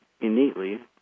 innately